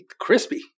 crispy